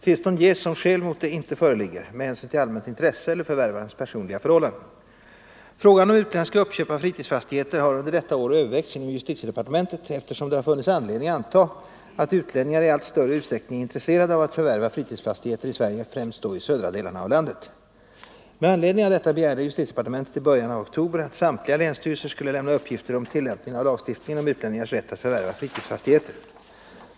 Tillstånd ges om skäl mot det inte föreligger med hänsyn till allmänt intresse eller förvärvarens personliga förhållanden. Frågan om utländska uppköp av fritidsfastigheter har under detta år övervägts inom justitiedepartementet eftersom det har funnits anledning att anta att utlänningar i allt större utsträckning är intresserade av att förvärva fritidsfastigheter i Sverige, främst då i södra delen av landet. Med anledning härav begärde justitiedepartementet i början av oktober att samtliga länsstyrelser skulle lämna uppgifter om tillämpningen av lagstiftningen om utlänningars rätt att förvärva fritidsfastigheter.